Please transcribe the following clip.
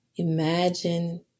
Imagine